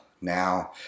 now